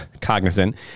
cognizant